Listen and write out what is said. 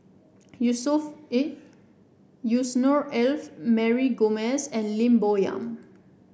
Yusnor Ef Mary Gomes and Lim Bo Yam